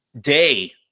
day